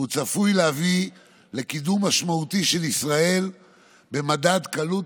והוא צפוי להביא לקידום משמעותי של ישראל במדד קלות